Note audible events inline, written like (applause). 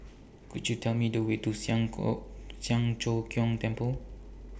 Could YOU Tell Me The Way to Siang (unintelligible) Siang Cho Keong Temple